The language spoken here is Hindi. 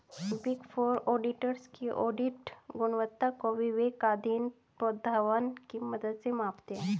बिग फोर ऑडिटर्स की ऑडिट गुणवत्ता को विवेकाधीन प्रोद्भवन की मदद से मापते हैं